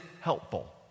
helpful